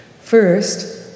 First